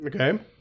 Okay